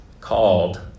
called